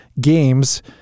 Games